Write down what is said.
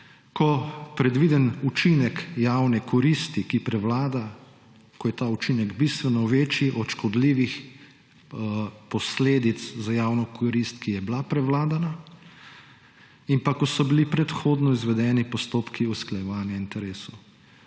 ko predvideni učinek javne koristi, ki prevlada, ko je ta učinek bistveno večji od škodljivih posledic za javno korist, ki je bila prevladana, in ko so bili predhodno izvedeni postopki usklajevanja interesov.